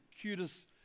cutest